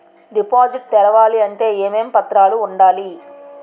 Deposit తెరవాలి అంటే ఏమేం పత్రాలు ఉండాలి?